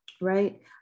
right